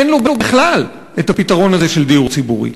אין לו בכלל הפתרון הזה של דיור ציבורי.